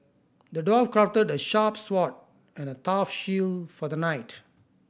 the dwarf crafted a sharp sword and a tough shield for the knight